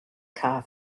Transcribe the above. car